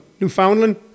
Newfoundland